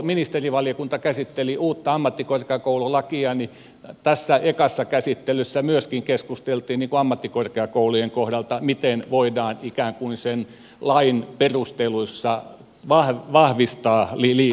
ministerivaliokunta käsitteli uutta ammattikorkeakoululakia tässä ekassa käsittelyssä keskusteltiin myöskin ammattikorkeakoulujen kohdalta miten voidaan ikään kuin sen lain perusteluissa vahvistaa liikuntaa